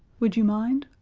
would you mind?